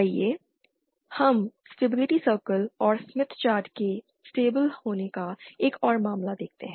आइए हम stability circle और स्मिथ चार्ट के स्टेबिल होने का एक और मामला देखते हैं